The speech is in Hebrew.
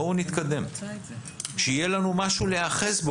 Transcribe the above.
בואו נתקדם שיהיה לנו משהו להיאחז בו.